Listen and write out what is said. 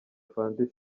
afande